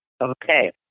Okay